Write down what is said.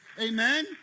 amen